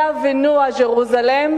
Bienvenue à Jerusalem,